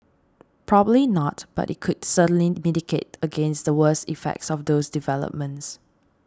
probably not but it could certainly mitigate against the worst effects of those developments